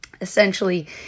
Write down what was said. essentially